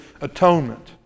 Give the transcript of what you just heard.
atonement